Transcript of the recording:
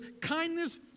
kindness